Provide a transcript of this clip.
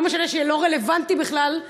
לא משנה שהיא לא רלוונטית בכלל,